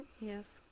Yes